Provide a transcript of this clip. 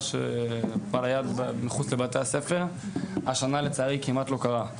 שכבר היה מחוץ לבתי הספר השנה לצערי כמעט לא קרה,